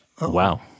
Wow